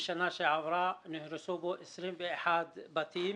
בשנה שעברה נהרסו בו 21 בתים.